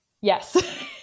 Yes